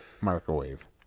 microwave